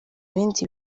ibindi